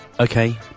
okay